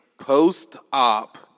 post-op